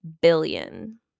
billion